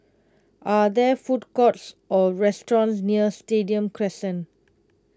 are there food courts or restaurants near Stadium Crescent